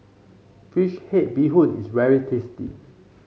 fish head Bee Hoon is very tasty